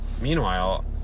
meanwhile